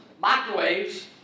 microwaves